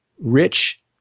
rich